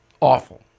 awful